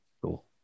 Cool